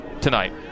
tonight